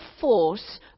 force